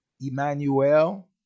Emmanuel